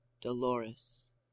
Dolores